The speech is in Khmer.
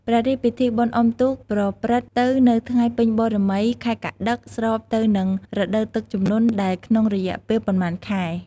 ព្រះរាជពិធីបុណ្យអ៊ំុទូក ប្រព្រឹត្ត ទៅនៅថ្ងៃពេញបូណ៌មី ខែកត្តិក ស្របទៅនឹងរដូវទឹកជំនន់ដែលក្នុងរយៈពេលប៉ុន្មានខែ។